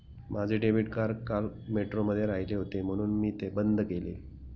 माझे debit card काल मेट्रोमध्ये राहिले होते म्हणून मी ते बंद केले